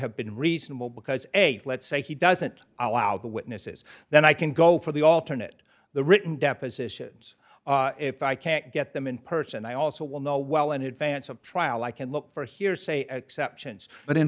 have been reasonable because a let's say he doesn't allow the witnesses then i can go for the alternate the written depositions if i can't get them in person i also will know well in advance of trial i can look for hearsay exceptions but in